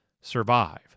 survive